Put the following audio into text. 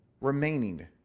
remaining